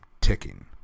Ticking